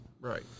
Right